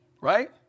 right